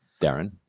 Darren